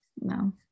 No